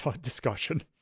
discussion